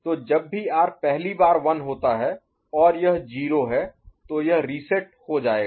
तो जब भी R पहली बार 1 होता है और यह 0 है तो यह रीसेट हो जाएगा